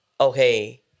okay